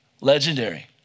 legendary